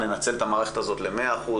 ננצל את המערכת הזאת למאה אחוז,